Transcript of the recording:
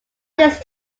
this